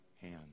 hand